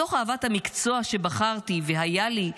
מתוך אהבת המקצוע שבחרתי והיה לי לשליחות,